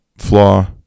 flaw